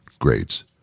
grades